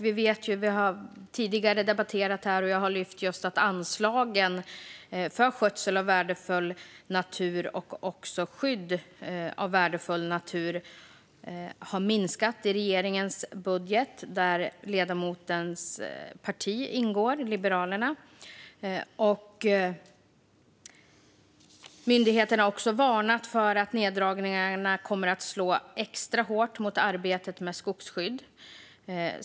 Vi har tidigare debatterat, och jag har lyft fram, att anslagen för skötsel av värdefull natur och skydd av värdefull natur har minskat i regeringens budget. Ledamotens parti Liberalerna ingår i regeringen. Myndigheterna har också varnat för att neddragningarna kommer att slå extra hårt mot arbetet med skogsskydd.